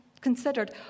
considered